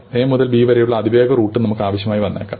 A മുതൽ B വരെയുള്ള അതിവേഗ റൂട്ടും നമുക്ക് ആവശ്യമായി വന്നേക്കാം